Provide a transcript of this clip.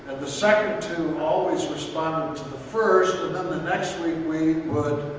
the second two always responded to the first, and then the next week we would